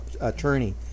attorney